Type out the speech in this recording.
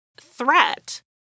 threat